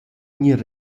gnir